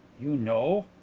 you know?